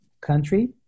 country